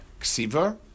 ksiva